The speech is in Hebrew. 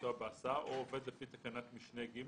לנסוע בהסעה או עובד לפי תקנת משנה (ו),